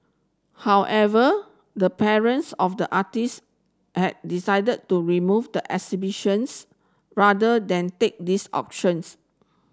however the parents of the artists had decided to remove the exhibitions rather than take this options